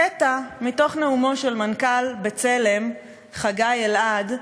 קטע מתוך נאומו של מנכ"ל "בצלם" חגי אלעד,